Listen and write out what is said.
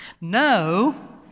No